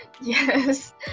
Yes